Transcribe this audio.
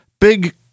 big